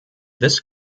this